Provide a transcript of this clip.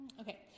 Okay